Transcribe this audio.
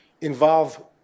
involve